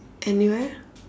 anywhere